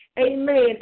amen